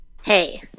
Hey